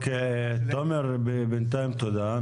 תומר, בינתיים תודה.